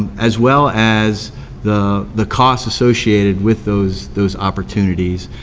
as well as the the costs associated with those those opportunities.